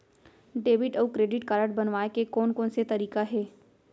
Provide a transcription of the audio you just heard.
Debit अऊ credit card बनवाए के कोन कोन से तरीका हे?